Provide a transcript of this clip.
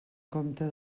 compte